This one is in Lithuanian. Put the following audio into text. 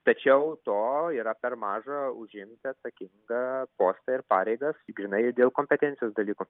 tačiau to yra per mažą užimti atsakingą postą ir pareigas grynai dėl kompetencijos dalykų